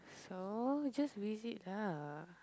so just visit her